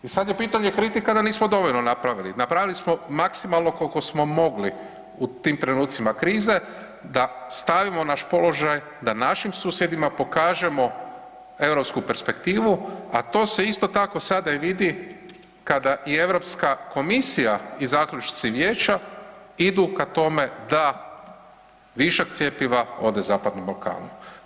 I sada je pitanje kritika da nismo dovoljno napravili, napravili smo maksimalno koliko smo mogli u tim trenucima krize da stavimo naš položaj da našim susjedima pokažemo europsku perspektivu, a to se isto tako sada i vidi kada i Europska komisija i zaključci Vijeća idu ka tome da višak cjepiva ode Zapadnom Balkanu.